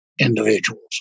individuals